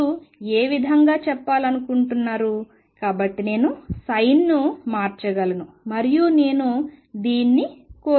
మీరు ఏ విధంగా చెప్పాలనుకుంటున్నారు కాబట్టి నేను sin ను మార్చగలను మరియు నేను దీన్ని కోరుకుంటున్నాను